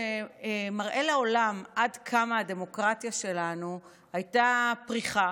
שמראה לעולם עד כמה הדמוקרטיה שלנו הייתה פריכה